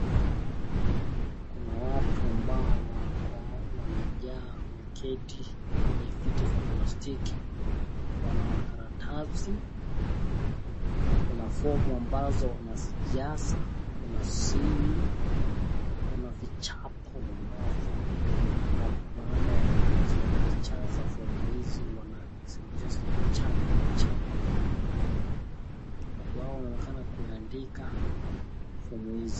Kuna watu ambao wako, wamejaa, wameketi kwenye viti vya plastiki, wana makaratasi. Kuna fomu ambazo wanazijaza, kuna simu, kuna vichapo ambavyo baada ya kuzijaza fomu hizi wanazirudisha zinachapwa chapa. Watu hao wanaonekana kuandika fomu hizi.